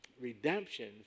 redemption